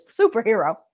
superhero